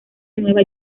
nueva